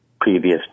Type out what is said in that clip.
previous